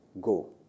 go